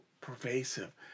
pervasive